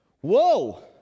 whoa